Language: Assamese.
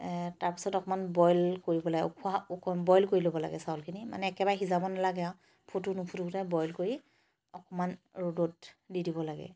তাৰপিছত অকণমান বইল কৰিব লাগে উখোৱা বইল কৰি ল'ব লাগে চাউলখিনি মানে একেবাৰে সিজাব নালাগে আৰু ফুটো নুফুটোতে বইল কৰি অকণমান ৰ'দত দি দিব লাগে